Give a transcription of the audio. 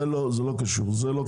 זה אולי וועדת חוקה,